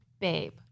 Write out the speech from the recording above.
babe